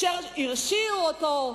שהרשיעו אותו,